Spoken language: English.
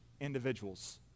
individuals